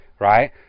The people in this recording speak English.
right